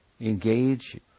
engage